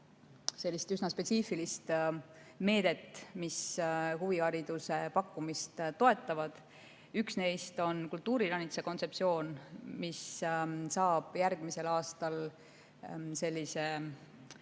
kaks üsna spetsiifilist meedet, mis huvihariduse pakkumist toetavad. Üks neist on kultuuriranitsa kontseptsioon, mis saab järgmisel aastal sisuliselt